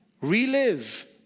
relive